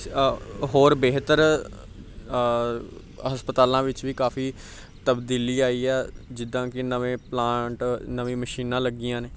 ਹੋਰ ਬਿਹਤਰ ਹਸਪਤਾਲਾਂ ਵਿੱਚ ਵੀ ਕਾਫੀ ਤਬਦੀਲੀ ਆਈ ਆ ਜਿੱਦਾਂ ਕਿ ਨਵੇਂ ਪਲਾਂਟ ਨਵੀਂ ਮਸ਼ੀਨਾਂ ਲੱਗੀਆਂ ਨੇ